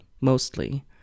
Mostly